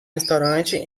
restaurante